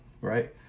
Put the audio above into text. right